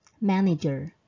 Manager